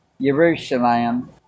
Jerusalem